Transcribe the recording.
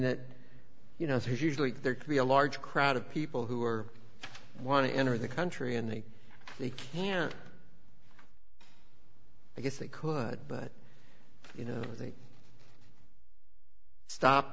that you know if usually there could be a large crowd of people who are want to enter the country and they they can't because they could but you know they stop